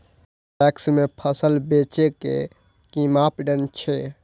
PACS में फसल बेचे के कि मापदंड छै?